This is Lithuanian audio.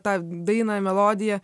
tą dainą melodiją